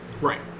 right